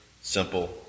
simple